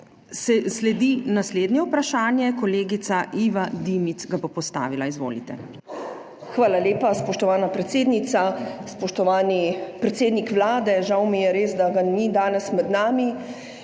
Sledi naslednje vprašanje, kolegica Iva Dimic ga bo postavila. Izvolite. IVA DIMIC (PS NSi): Hvala lepa, spoštovana predsednica. Spoštovani predsednik Vlade! Žal mi je res, da ga ni danes med nami.